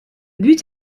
but